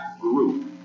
group